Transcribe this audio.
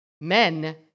men